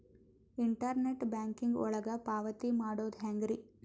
Internet banking ಒಳಗ ಪಾವತಿ ಮಾಡೋದು ಹೆಂಗ್ರಿ?